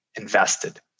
invested